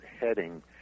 heading